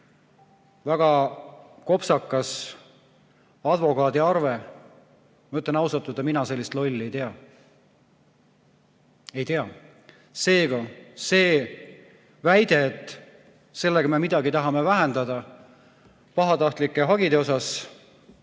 väga kopsakas advokaadiarve. Ma ütlen ausalt, et mina sellist lolli ei tea. Ei tea. Seega see väide, et sellega me midagi tahame vähendada pahatahtlike hagide osas,